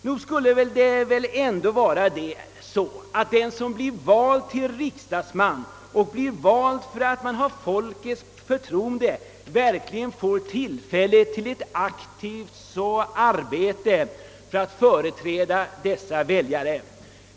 Nog borde det väl vara så, att den som blir vald til riksdagsman och detta därför att han har folkets förtroende verkligen bereds tillfälle till aktivt arbete för att företräda dessa väljare?